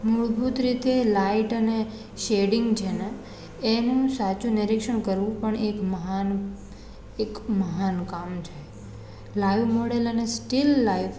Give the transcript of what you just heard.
મૂળભૂત રીતે લાઇટ અને સેડિંગ જેને એનું સાચું નિરીક્ષણ કરવું પણ એક મહાન એક મહાન કામ છે લાઈવ મોડલ અને સ્ટીલ લાઈવ